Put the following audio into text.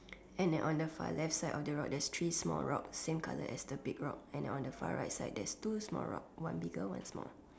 and on the far left side of the rock there's three small rock same colour as the big rock and on the far right side there's two small rock one bigger one smaller